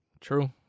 True